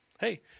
hey